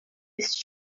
his